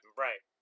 right